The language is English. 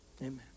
Amen